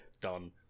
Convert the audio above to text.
done